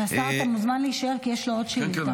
השר, אתה מוזמן להישאר, כי יש לו עוד שאילתה.